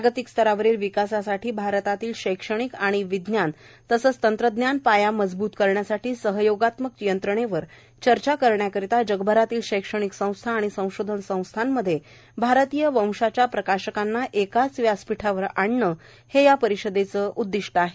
जागतिक स्तरावरील विकासासाठी भारतातील शैक्षणिक व विज्ञान आणि तंत्रज्ञान पाया मजबूत करण्यासाठी सहयोगात्मक यंत्रणेवर चर्चा करण्यासाठी जगभरातील शैक्षणिक संस्था आणि संशोधन संस्थांमध्ये भारतीय वंशाच्या प्रकाशकांना एकाच व्यासपीठावर आणणे हे या परिषदेचे उद्दीष्ट आहे